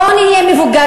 בואו נהיה מבוגרים.